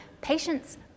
Patients